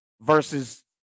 versus